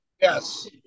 Yes